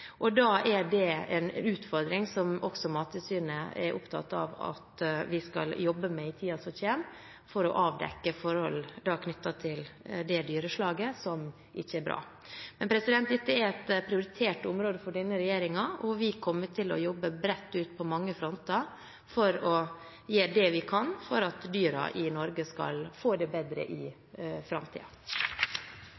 er en utfordring som også Mattilsynet er opptatt av at vi skal jobbe med i tiden som kommer, for å avdekke forhold som ikke er bra, knyttet til det dyreslaget. Men dette er et prioritert område for denne regjeringen, og vi kommer til å jobbe bredt, på mange fronter, for å gjøre det vi kan for at dyrene i Norge skal få det bedre i